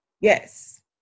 Yes